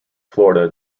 florida